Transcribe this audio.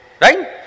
Right